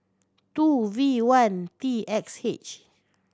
two V one T X H